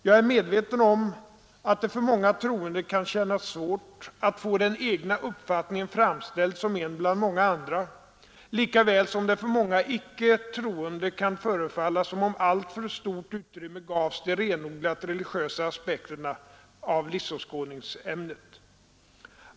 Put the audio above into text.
Jag är medveten om att det för många troende kan kännas svårt att få den egna uppfattningen framställd som en bland många andra, likaväl som det för många icke troende kan förefalla som om alltför stort utrymme gavs de renodlat religiösa aspekterna av livsåskådningsämnet.